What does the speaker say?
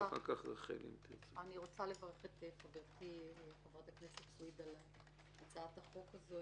אני רוצה לברך את חברתי חברת הכנסת רויטל סויד על הצעת החוק הזו,